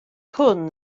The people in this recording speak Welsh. hwn